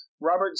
Robert